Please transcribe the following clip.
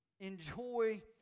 Enjoy